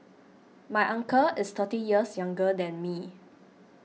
my uncle is thirty years younger than me